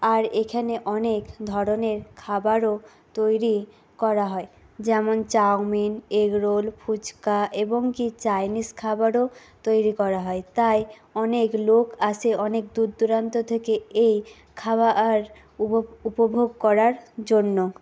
আর এখানে অনেক ধরনের খাবারও তৈরি করা হয় যেমন চাউমিন এগরোল ফুচকা এবং কী চাইনিজ খাবারও তৈরি করা হয় তাই অনেক লোক আসে অনেক দূরদূরান্ত থেকে এই খাবার উপভোগ করার জন্য